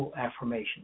affirmation